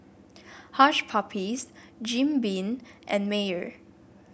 Hush Puppies Jim Beam and Mayer